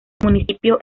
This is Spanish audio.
municipio